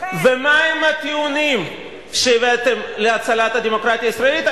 ומה הם הטיעונים שהבאתם להצלת הדמוקרטיה הישראלית?